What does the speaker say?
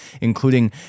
including